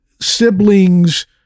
siblings